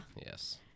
yes